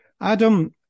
Adam